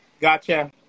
Gotcha